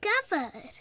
discovered